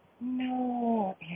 No